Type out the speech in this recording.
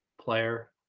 player